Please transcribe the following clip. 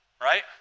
right